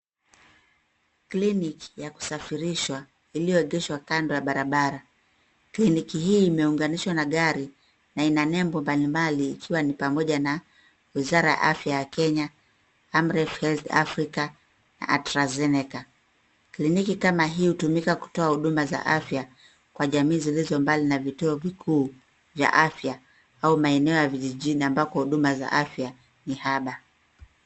Clinic ya kusafirishwa, iliyoegeshwa kando ya barabara. Kliniki hii imeunganishwa na gari, na ina nembo mbalimbali, ikiwa ni pamoja na Wizara ya Afya ya Kenya, Amref Health Africa, AstraZeneca. Kliniki kama hii hutumika kutoa huduma za afya, kwa jamii zilizo mbali na vituo vikuu vya afya, au maeneo ya vijijini ambako huduma za afya, ni haba.